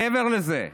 מעבר לזה,